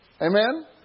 Amen